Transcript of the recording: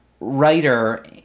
writer